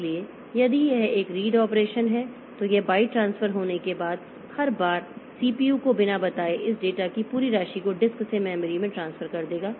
इसलिए यदि यह एक रीड ऑपरेशन है तो यह बाइट ट्रांसफर होने के बाद हर बार सीपीयू को बिना बताए इस डेटा की पूरी राशि को डिस्क से मेमोरी में ट्रांसफर कर देगा